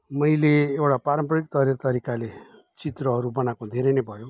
मैले एउटा पारम्परिक तवर तरिकाले चित्रहरू बनाएको धेरै नै भयो